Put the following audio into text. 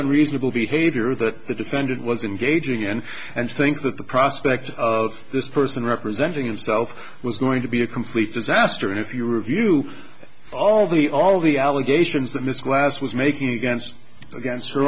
unreasonable behavior that the defendant was engaging in and think that the prospect of this person representing himself was going to be a complete disaster and if you review all the all the allegations that this class was making against against her